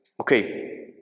Okay